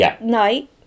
night